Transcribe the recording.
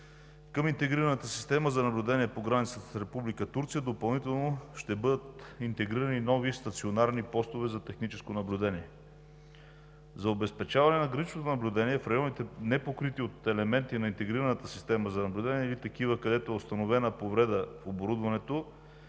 Към интегрираната система за наблюдение по границата с Република Турция допълнително ще бъдат интегрирани и нови стационарни постове за техническо наблюдение. За обезпечаване на граничното наблюдение в районите, непокрити от елементи на интегрираната система за наблюдение или такива, където е установена повреда в оборудването,